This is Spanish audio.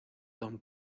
don